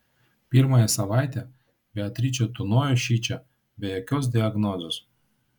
pirmąją savaitę beatričė tūnojo šičia be jokios diagnozės